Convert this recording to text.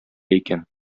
икән